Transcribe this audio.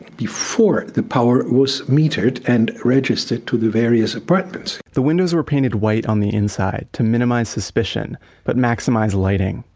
before the power was metered and registered to the various apartments the windows are painted white on the inside to minimize suspicion but maximize lighting.